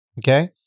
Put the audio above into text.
okay